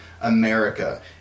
America